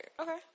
Okay